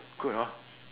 good hor